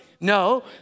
No